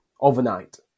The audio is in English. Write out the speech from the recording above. overnight